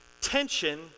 Tension